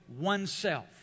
oneself